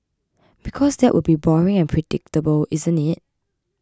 because that will be boring and predictable isn't it